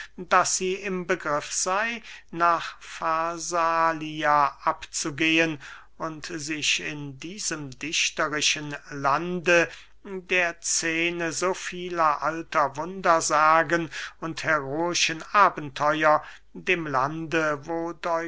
daß sie im begriff sey nach farsalia abzugehen und sich in diesem dichterischen lande der scene so vieler alter wundersagen und heroischen abenteuer dem lande wo